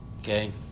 Okay